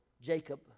Jacob